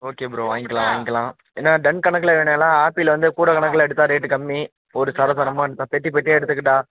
okay bro வாங்கிக்கலாம் வாங்கிக்கலாம் என்ன டன் கணக்கில் வேணுங்களா ஆப்பிள் வந்து கூட கணக்குல எடுத்தால் ரேட்டு கம்மி ஒரு சரம் சரமா பெட்டி பெட்டியா எடுத்துக்கிட்டால்